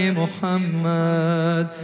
Muhammad